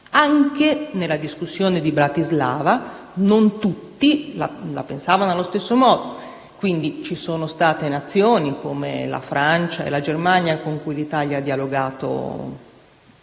Anche nella discussione di Bratislava non tutti la pensavano allo stesso modo: ci sono state Nazioni, come la Francia e la Germania, con cui l'Italia ha dialogato da